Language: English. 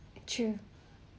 true